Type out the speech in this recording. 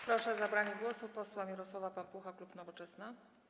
Proszę o zabranie głosu posła Mirosława Pampucha, klub Nowoczesna.